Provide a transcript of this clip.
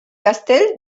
castell